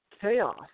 chaos